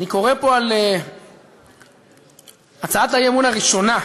אני קורא פה על הצעת האי-אמון הראשונה: